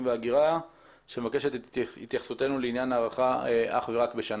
וההגירה שמבקשת להתייחס לעניין הארכה אך ורק בשנה.